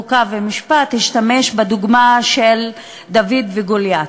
חוק ומשפט השתמש בדוגמה של דוד וגוליית,